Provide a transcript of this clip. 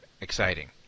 exciting